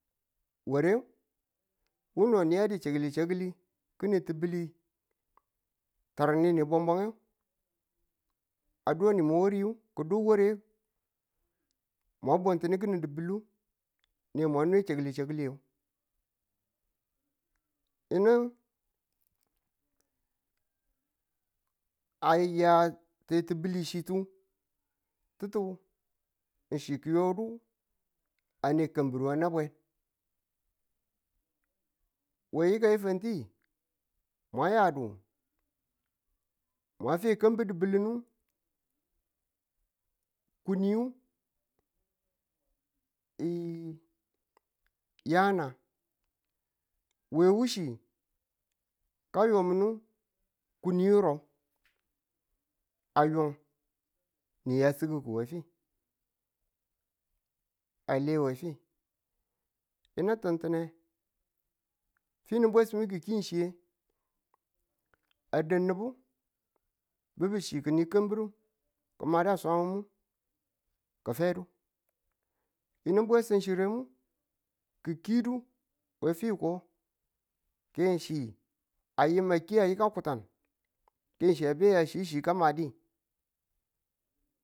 Ware wu no niyadu chakili chakili kini ti̱bili tar ninu bwanbwange a donimin wariyu ko do wariyu mwa buntunu ki̱ning dibilu ne mwa ne chakili chakili yinu a ya tetibiki chitu ti̱tu chi ki̱yudu a ne kambi̱ru nabwen we yikan fanti yu mwa yadu mwa fwe kambi̱r di̱bilunu kuniyu yi yana we wu chi ka yo munu kuni yirub a yun ni ya sukuku we fi a le we fi yinu ti̱ntine finu bwesimu ki̱ kin chiye a da nubu bi̱bu chi ki ni kambi̱ru ki̱ ma nagang we swangu ki̱fe du yinu bwesin chire nu ki̱ kidu we fiko ke chi a yim a yika kutang ke chi a be a yin chi ka made.